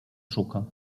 szuka